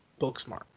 Booksmart